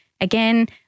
again